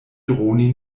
droni